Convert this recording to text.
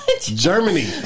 Germany